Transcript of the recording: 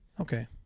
okay